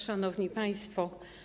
Szanowni Państwo!